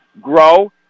grow